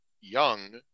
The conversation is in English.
Young